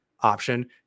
option